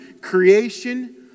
creation